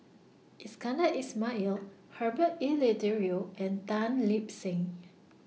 Iskandar Ismail Herbert Eleuterio and Tan Lip Seng